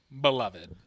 beloved